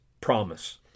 promise